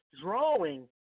drawing